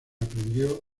aprendió